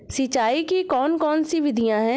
सिंचाई की कौन कौन सी विधियां हैं?